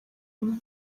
umwe